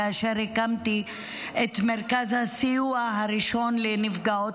כאשר הקמתי את מרכז הסיוע הראשון לנפגעות